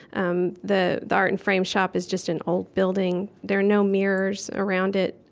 um the the art and frame shop is just an old building. there are no mirrors around it.